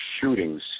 shootings